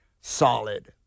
solid